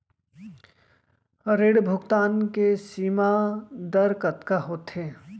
ऋण भुगतान के सीमा दर कतका होथे?